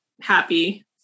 happy